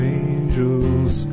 angels